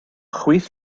chwith